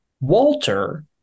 Walter